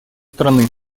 страны